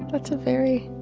that's a very,